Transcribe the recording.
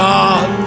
God